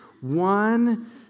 one